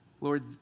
Lord